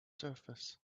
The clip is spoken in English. surface